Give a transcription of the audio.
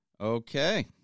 Okay